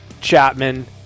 Chapman